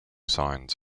signs